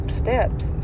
steps